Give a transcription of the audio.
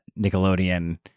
Nickelodeon